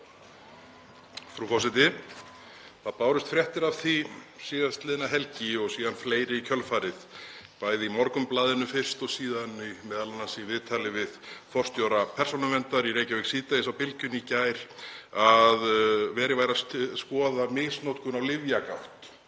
Það bárust fréttir af því síðastliðna helgi og síðan fleiri í kjölfarið, fyrst í Morgunblaðinu og síðan m.a. í viðtali við forstjóra Persónuverndar í Reykjavík síðdegis á Bylgjunni í gær, að verið væri að skoða misnotkun á lyfjagátt